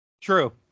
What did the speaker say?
True